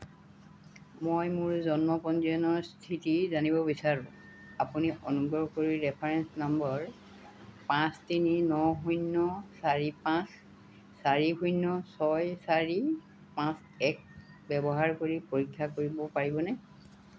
মই মোৰ জন্ম পঞ্জীয়নৰ স্থিতি জানিব বিচাৰোঁ আপুনি অনুগ্ৰহ কৰি ৰেফাৰেন্স নম্বৰ পাঁচ তিনি ন শূন্য চাৰি পাঁচ চাৰি শূন্য ছয় চাৰি পাঁচ এক ব্যৱহাৰ কৰি পৰীক্ষা কৰিব পাৰিবনে